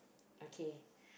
okay